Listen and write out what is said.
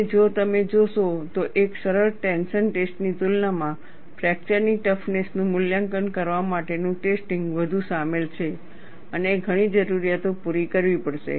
અને જો તમે જોશો તો એક સરળ ટેન્શન ટેસ્ટ ની તુલનામાં ફ્રેક્ચરની ટફનેસ નું મૂલ્યાંકન કરવા માટેનું ટેસ્ટિંગ વધુ સામેલ છે અને ઘણી જરૂરિયાતો પૂરી કરવી પડશે